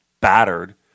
battered